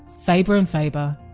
faber and faber,